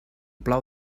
plou